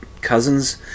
Cousins